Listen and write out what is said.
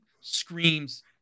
screams